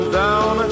down